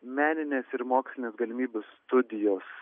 meninės ir mokslinės galimybių studijos